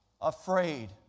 afraid